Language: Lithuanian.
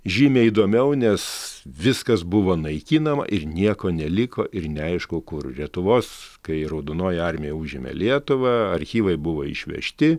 žymiai įdomiau nes viskas buvo naikinama ir nieko neliko ir neaišku kur lietuvos kai raudonoji armija užėmė lietuvą archyvai buvo išvežti